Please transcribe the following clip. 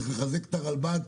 צריך לחזק את הרלב"ד,